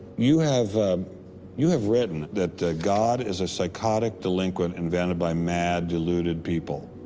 you have you have written that god is a psychotic delinquent invented by mad, deluded people.